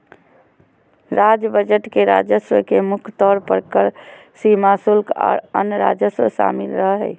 राज्य बजट के राजस्व में मुख्य तौर पर कर, सीमा शुल्क, आर अन्य राजस्व शामिल रहो हय